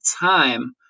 time